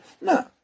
no